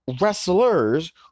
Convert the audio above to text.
wrestlers